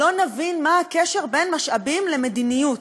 לא נבין מה הקשר בין משאבים למדיניות.